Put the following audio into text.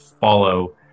follow